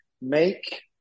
make